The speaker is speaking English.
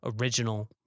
original